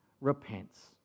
repents